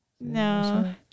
no